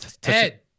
Ted